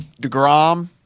DeGrom